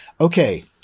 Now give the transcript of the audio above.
Okay